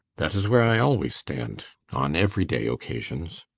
that is where i always stand on everyday occasions.